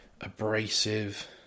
abrasive